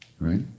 right